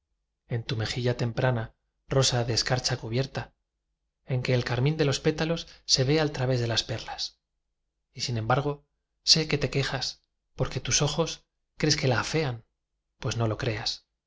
es tu mejilla temprana rosa de escarcha cubierta en que el carmín de los pétalos se ve al través de las perlas y sin embargo sé que te quejas porque tus ojos crees que la afean pues no lo creas